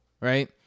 right